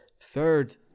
third